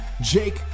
Jake